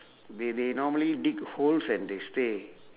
they they normally dig holes and they stay